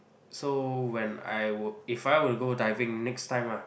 so when I would if I were to go diving next time ah